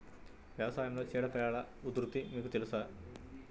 వ్యవసాయంలో చీడపీడల ఉధృతి మీకు తెలుసా?